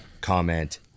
comment